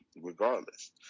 regardless